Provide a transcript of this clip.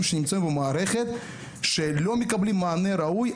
שנמצאים במערכת ולא מקבלים מענה ראוי,